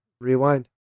rewind